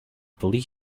police